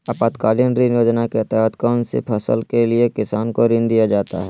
आपातकालीन ऋण योजना के तहत कौन सी फसल के लिए किसान को ऋण दीया जाता है?